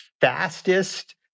fastest